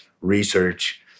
research